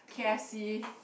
k_f_c